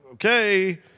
Okay